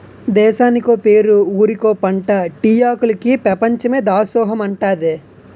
దేశానికో పేరు ఊరికో పంటా టీ ఆకులికి పెపంచమే దాసోహమంటాదే